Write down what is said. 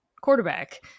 quarterback